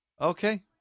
Okay